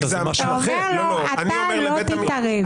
אתה אומר לו: אתה לא תתערב.